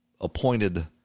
appointed